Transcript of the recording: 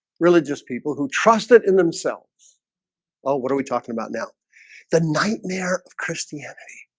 religious people who trust it in themselves well, what are we talking about now the nightmare of christianity?